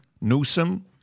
Newsom